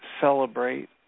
celebrate